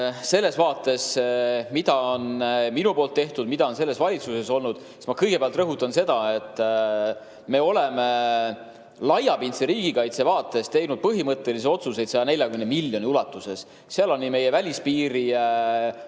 selles vaates, mis on minul tehtud ja mis on selles valitsuses olnud, siis ma kõigepealt rõhutan seda, et me oleme laiapindse riigikaitse vaates teinud põhimõttelisi otsuseid 140 miljoni ulatuses. Sealhulgas on meie välispiiri